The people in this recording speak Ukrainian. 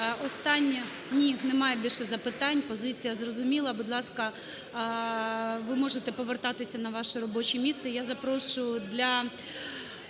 Ні, немає більше запитань. Позиція зрозуміла. Будь ласка, ви можете повертатися на ваше робоче місце. Я запрошую для